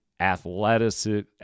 athletic